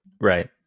Right